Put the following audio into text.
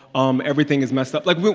um everything is messed up like,